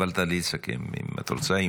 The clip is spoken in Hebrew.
תעלי לסכם, אם את רוצה.